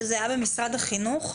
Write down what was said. שזה היה במשרד החינוך,